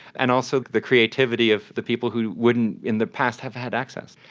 and also the creativity of the people who wouldn't in the past have had access.